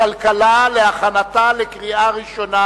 הכלכלה להכנתה לקריאה הראשונה.